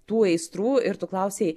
tų aistrų ir tu klausei